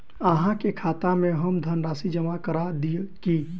अहाँ के खाता में हम धनराशि जमा करा दिअ की?